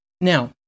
Now